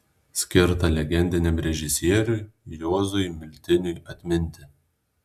skirta legendiniam režisieriui juozui miltiniui atminti